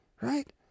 right